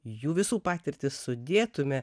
jų visų patirtį sudėtume